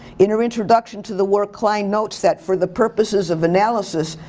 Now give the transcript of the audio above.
in her introduction to the work klein notes that for the purposes of analysis,